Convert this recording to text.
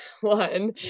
one